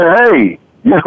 hey